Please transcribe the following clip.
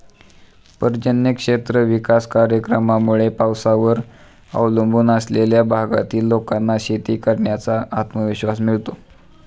पर्जन्य क्षेत्र विकास कार्यक्रमामुळे पावसावर अवलंबून असलेल्या भागातील लोकांना शेती करण्याचा आत्मविश्वास मिळतो